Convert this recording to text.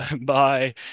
Bye